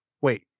wait